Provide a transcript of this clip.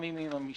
הרשות